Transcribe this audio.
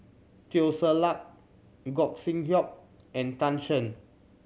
Teo Ser Luck Gog Sing Hooi and Tan Shen